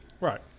Right